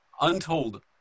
untold